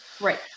Right